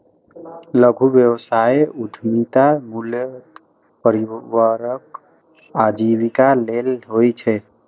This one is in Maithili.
लघु व्यवसाय उद्यमिता मूलतः परिवारक आजीविका लेल होइ छै